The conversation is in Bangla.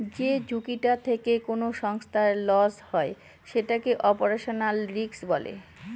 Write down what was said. যে ঝুঁকিটা থেকে কোনো সংস্থার লস হয় সেটাকে অপারেশনাল রিস্ক বলে